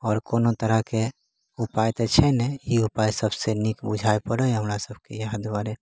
आओर कोनो तरहकेँ उपाए तऽ छै नहि ई उपाए सभसँ नीक बुझाए पड़ल हमरा सभकेँ इएह दुआरे